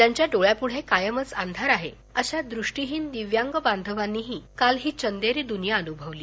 ज्यांच्या डोळ्यापुढे कायमच अधार आहे अशा दृष्टिहीन दिव्यांग बाधवांनीही काल ही चंदेरी दुनिया अनुभवली